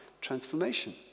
transformation